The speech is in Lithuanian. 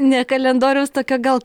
ne kalendoriaus tokio gal